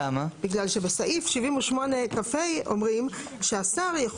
בגלל שבסעיף 78כה אומרים שהשר יכול